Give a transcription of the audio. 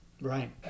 Right